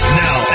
now